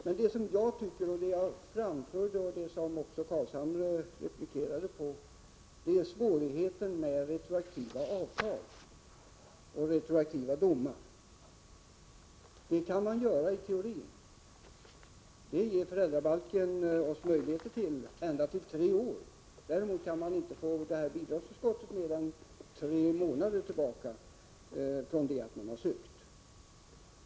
Men vad jag tycker är en svårighet — jag framhöll det tidigare, och Nils Carlshamre replikerade på det — är retroaktiva avtal, liksom retroaktiva domar. Sådana kan man ha i teorin. Det ger föräldrabalken oss möjligheter till — ända upp till tre år. Däremot kan man inte få bidragsförskott för mer än tre månader tillbaka efter det att man har ansökt om sådant.